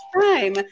time